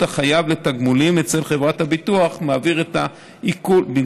החייב לתגמולים אצל חברת הביטוח: הוא יעביר את העיקול,